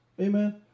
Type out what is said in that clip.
amen